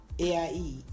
AIE